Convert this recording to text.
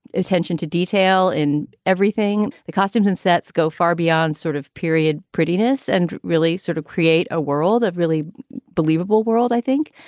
attention to detail in everything. the costumes and sets go far beyond sort of period prettiness and really sort of create a world of really believable world, i think.